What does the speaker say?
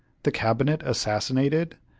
the cabinet assassinated!